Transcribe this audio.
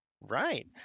Right